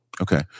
Okay